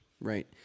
right